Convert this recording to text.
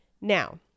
Now